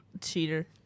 Cheater